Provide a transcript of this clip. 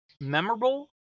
memorable